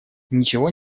ничего